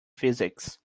physics